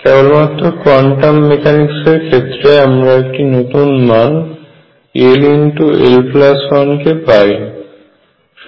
কেবলমাত্র quantum mechanics এর ক্ষেত্রে আমরা একটি নতুন মান ll1 কে পাই